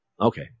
Okay